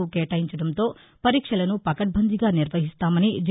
కు కేటాయించడంతో పరీక్షలను పకడ్బందీగా నిర్వహిస్తామని జె